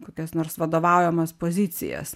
kokias nors vadovaujamas pozicijas